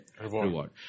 reward